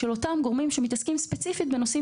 של אותם גורמים שמתעסקים ספציפית בנושאים